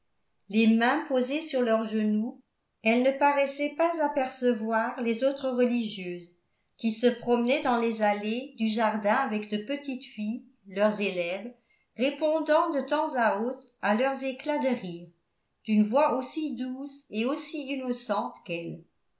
les mains posées sur leurs genoux elles ne paraissaient pas apercevoir les autres religieuses qui se promenaient dans les allées du jardin avec de petites filles leurs élèves répondant de temps à autre à leurs éclats de rire d'une voix aussi douce et aussi innocente qu'elles